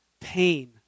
pain